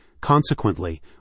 Consequently